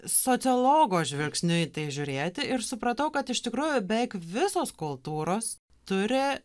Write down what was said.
sociologo žvilgsniu į tai žiūrėti ir supratau kad iš tikrųjų beveik visos kultūros turi